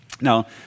Now